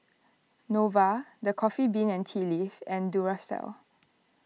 Nova the Coffee Bean and Tea Leaf and Duracell